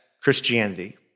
Christianity